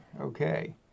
Okay